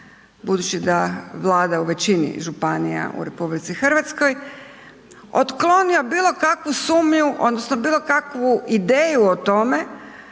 budući da vlada u većini županija u RH, otklonio bilo kakvu sumnju odnosno bilo kakvu ideju o tome